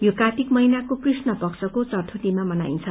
यो कार्तिक महीनाको कृष्ण पक्षको चतुर्थीमा मनाइन्छ